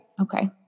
Okay